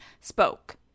spoke